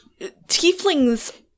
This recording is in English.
tieflings